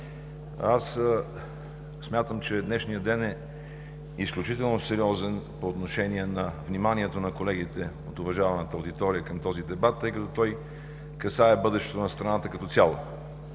Смятам, че днешният ден е изключително сериозен по отношение на вниманието на колегите от уважаваната аудитория към този дебат, тъй като той касае бъдещето на страната като цяло.